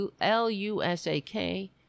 L-U-S-A-K